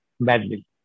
badly